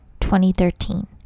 2013